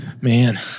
man